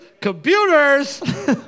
Computers